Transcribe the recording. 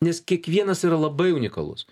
nes kiekvienas yra labai unikalus